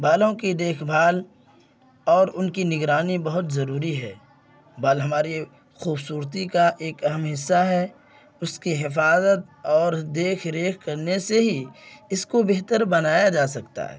بالوں کی دیکھ بھال اور ان کی نگرانی بہت ضروری ہے بال ہماری خوبصورتی کا ایک اہم حصہ ہے اس کی حفاظت اور دیکھ ریکھ کرنے سے ہی اس کو بہتر بنایا جا سکتا ہے